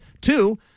Two